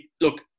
look